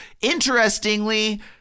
Interestingly